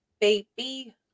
Baby